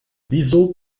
wieso